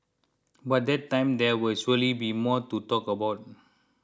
by that time there will surely be more to talk about